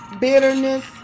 bitterness